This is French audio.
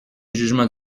jugements